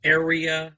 area